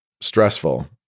stressful